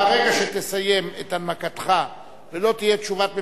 ברגע שתסיים את הנמקתך ולא תהיה תשובת ממשלה,